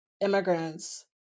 immigrants